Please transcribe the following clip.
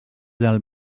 del